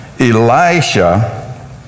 Elijah